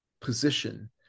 position